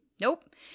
nope